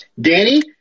danny